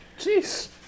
Jeez